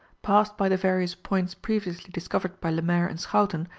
passed by the various points previously discovered by lemaire and schouten,